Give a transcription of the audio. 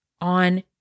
on